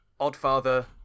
Oddfather